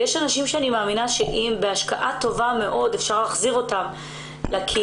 אני מאמינה שבהשקעה טובה מאוד אפשר להחזיר אותן לקהילה,